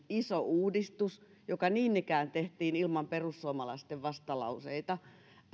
iso uudistus joka niin ikään tehtiin ilman perussuomalaisten vastalauseita